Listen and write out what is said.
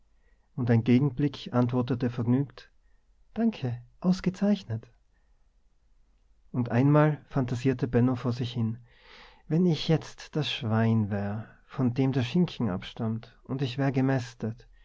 und ein gegenblick antwortete vergnügt danke ausgezeichnet und einmal phantasierte benno vor sich hin wenn ich jetzt das schwein wär von dem der schinken abstammt und ich wär gemästet